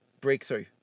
breakthrough